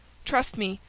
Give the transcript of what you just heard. trust me,